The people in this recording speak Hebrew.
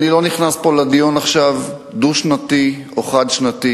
אני לא נכנס פה עכשיו לדיון על דו-שנתי או חד-שנתי,